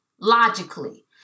logically